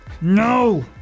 No